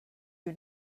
you